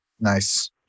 Nice